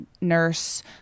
nurse